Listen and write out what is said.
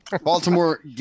baltimore